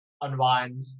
unwind